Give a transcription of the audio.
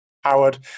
Howard